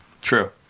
true